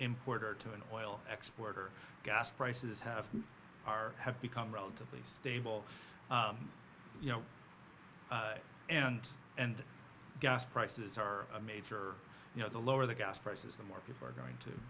importer to an oil exporter gas prices have are have become relatively stable you know and and gas prices are a major you know the lower the gas prices the more people are going to